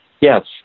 Yes